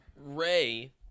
Ray